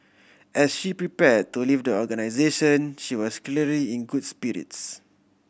as she prepare to leave the organisation she was clearly in good spirits